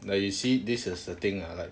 like you see this is the thing ah like